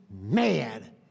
mad